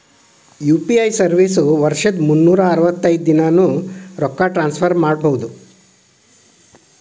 UPI service ವರ್ಷದ್ ಮುನ್ನೂರ್ ಅರವತ್ತೈದ ದಿನಾನೂ ರೊಕ್ಕ ಟ್ರಾನ್ಸ್ಫರ್ ಮಾಡ್ಬಹುದು